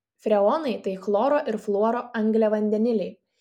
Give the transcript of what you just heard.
freonai tai chloro ir fluoro angliavandeniliai